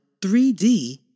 3D